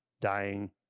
dying